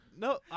No